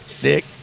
Dick